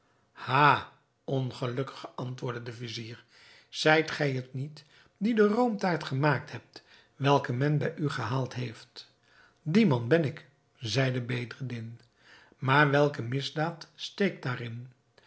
ha ongelukkige antwoordde de vizier zijt gij het niet die de roomtaart gemaakt hebt welke men bij u gehaald heeft die man ben ik zeide bedreddin maar welke misdaad steekt daarin